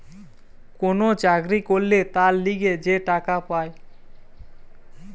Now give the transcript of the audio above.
কোন চাকরি করলে তার লিগে যে টাকা পায়